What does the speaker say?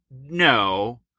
no